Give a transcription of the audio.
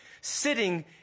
Sitting